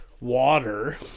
water